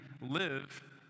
live